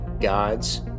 God's